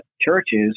Churches